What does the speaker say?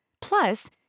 Plus